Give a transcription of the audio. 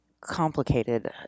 complicated